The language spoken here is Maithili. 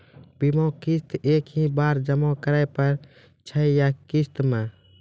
बीमा किस्त एक ही बार जमा करें पड़ै छै या किस्त मे?